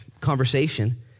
conversation